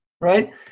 right